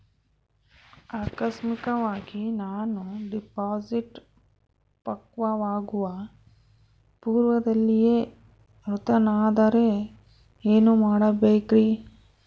ಆಕಸ್ಮಿಕವಾಗಿ ನಾನು ಡಿಪಾಸಿಟ್ ಪಕ್ವವಾಗುವ ಪೂರ್ವದಲ್ಲಿಯೇ ಮೃತನಾದರೆ ಏನು ಮಾಡಬೇಕ್ರಿ?